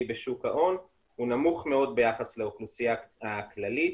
בשוק ההון הוא נמוך מאוד ביחס לאוכלוסייה הכללית,